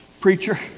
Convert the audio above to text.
preacher